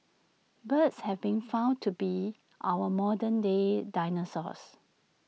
birds have been found to be our modern day dinosaurs